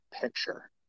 picture